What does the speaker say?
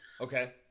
Okay